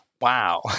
Wow